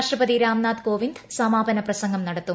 രാഷ്ട്രപതി രാംനാഥ് കോവിന്ദ് സമാപനപ്രസംഗം നടത്തും